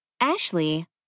Ashley